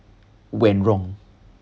went wrong